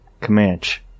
Comanche